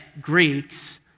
Greeks